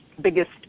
biggest